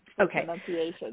Okay